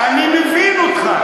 אני מבין אותך,